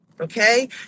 okay